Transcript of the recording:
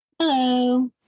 Hello